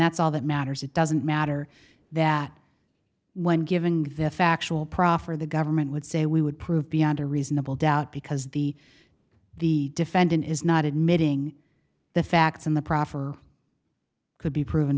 that's all that matters it doesn't matter that when given the factual proffer the government would say we would prove beyond a reasonable doubt because the the defendant is not admitting the facts in the proffer could be proven